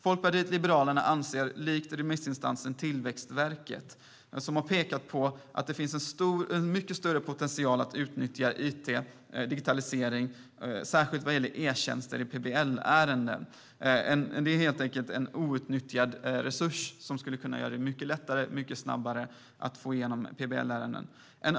Folkpartiet liberalerna instämmer med remissinstansen Tillväxtverket som har pekat på att det finns en stor potential att utnyttja i digitalisering, särskilt vad gäller e-tjänster i PBL-ärenden. Det är en outnyttjad resurs som skulle kunna göra det lättare och snabbare att få igenom PBL-ärenden.